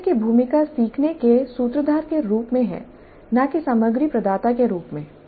प्रशिक्षक की भूमिका सीखने के सूत्रधार के रूप में है न कि सामग्री प्रदाता के रूप में